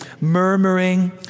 murmuring